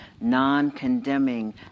non-condemning